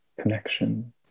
connection